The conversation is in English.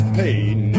pain